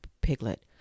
Piglet